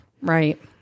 right